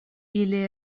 ili